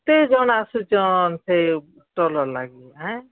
କେତେ ଜନ୍ ଆସୁଛନ୍ ସେ ଷ୍ଟଲର୍ ଲାଗି ହେଁ